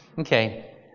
Okay